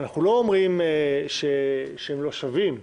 אנחנו לא אומרים שהם לא שווים.